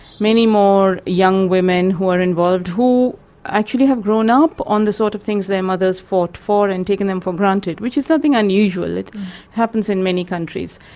many more young women who are involved who actually have grown up on the sort of things their mothers fought for and taken them for granted, which is nothing unusual it happens in many countries.